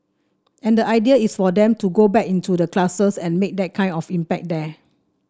and the idea is for them to go back into the classes and make that kind of impact there